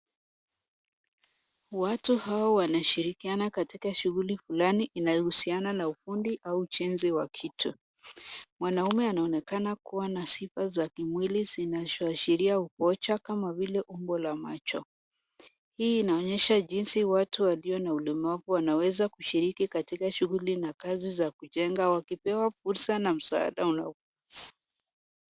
Watu hawa wanashirikiana katika shughuli fulani inayohusiana na ufundi au ujenzi wa kitu. Mwanaume anaonekana kuwa na sifa za kimwili zinazoashiria umoja kama vile umbo la macho. Hii inaonyesha jinsi watu walio na ulemavu wanaweza kushiriki katika shughuli na kazi za kujenga wakipewa fursa na msaada unaofaa.